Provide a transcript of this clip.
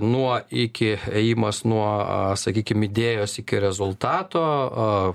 nuo iki ėjimas nuo sakykim idėjos iki rezultato